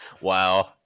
Wow